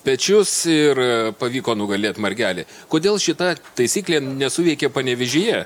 pečius ir pavyko nugalėt margelį kodėl šita taisyklė nesuveikė panevėžyje